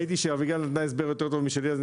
ראיתי שאביגיל נתנה הסבר יותר טוב משלי ולכן